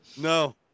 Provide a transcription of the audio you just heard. No